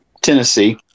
Tennessee